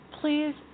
please